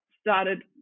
started